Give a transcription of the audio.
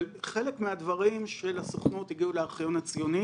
אבל חלק מהדברים של הסוכנות הגיעו לארכיון הציוני